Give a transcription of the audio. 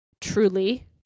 truly